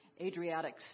Adriatic